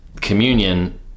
communion